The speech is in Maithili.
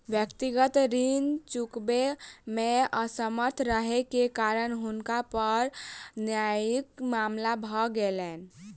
व्यक्तिगत ऋण चुकबै मे असमर्थ रहै के कारण हुनका पर न्यायिक मामला भ गेलैन